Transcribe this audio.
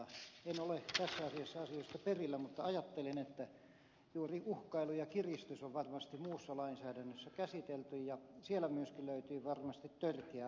en ole tässä asiassa asioista perillä mutta ajattelen että juuri uhkailu ja kiristys on varmasti muussa lainsäädännössä käsitelty ja siellä myöskin löytyy varmasti törkeä aste